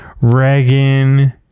Reagan